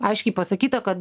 aiškiai pasakyta kad